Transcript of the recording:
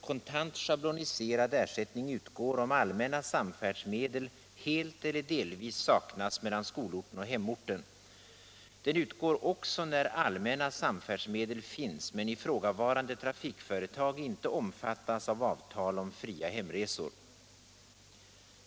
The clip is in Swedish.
Kontant schabloniserad ersättning utgår om allmänna samfärdsmedel helt eller delvis saknas mellan skolorten och hemorten. Den utgår också när allmänna samfärdsmedel finns men ifrågavarande trafikföretag inte omfattas av avtal om fria hemresor.